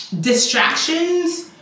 distractions –